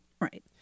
Right